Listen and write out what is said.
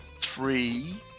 three